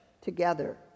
together